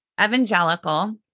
evangelical